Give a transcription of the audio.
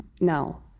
now